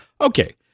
okay